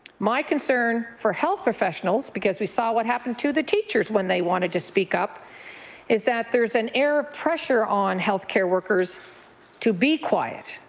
my concern for health professionals because we saw what happened to the teachers when they wanted to speak up is that there's an air of pressure on health care workers would be quiet,